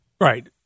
Right